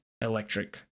electric